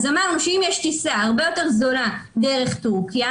אמרנו שאם יש טיסה הרבה יותר זולה דרך טורקיה